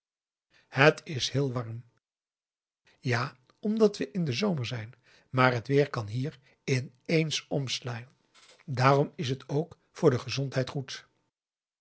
het is heel warm ja omdat we in den zomer zijn maar het weer kan p a daum de van der lindens c s onder ps maurits hier in eens omslaan daarom is het ook voor de gezondheid goed